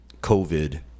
COVID